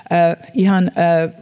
ihan